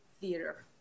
theater